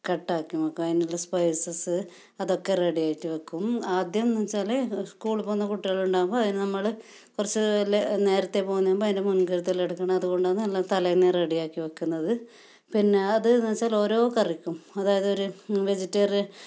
cut ആക്കി വയ്ക്കും അതിനുള്ള സ്പൈസസ്സ് അതൊക്കെ റെഡി ആയിട്ട് വയ്ക്കും ആദ്യം എന്ന് വെച്ചാൽ സ്കൂളിൽ പോകുന്ന കുട്ടികളുണ്ടാകുമ്പോൾ അതിന് നമ്മൾ കുറച്ച് നേരത്തെ പോകുന്നുമ്പോൾ അതിന്റെ മുൻകരുതലെടുക്കണം അതുകൊണ്ടാണ് തലേന്ന് റെഡി ആക്കി വയ്ക്കുന്നത് പിന്നെ അതെന്ന് വെച്ചാൽ ഓരോ കറിക്കും അതായത് ഒരു വെജിറ്റേറിയൻ